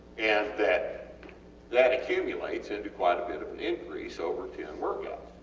and that that accumulates into quite a bit of an increase over ten and workouts.